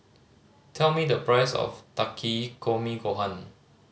tell me the price of Takikomi Gohan